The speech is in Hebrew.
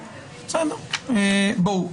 כאמור,